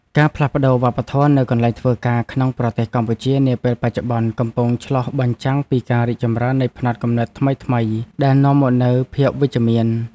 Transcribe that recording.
ការផ្លាស់ប្តូរវប្បធម៌នៅកន្លែងធ្វើការក្នុងប្រទេសកម្ពុជានាពេលបច្ចុប្បន្នកំពុងឆ្លុះបញ្ចាំងពីការរីកចម្រើននៃផ្នត់គំនិតថ្មីៗ ដែលនាំមកនូវភាពវិជ្ជមាន។